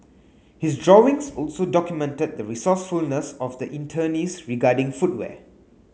his drawings also documented the resourcefulness of the internees regarding footwear